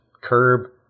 curb –